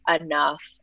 enough